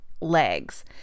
legs